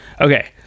Okay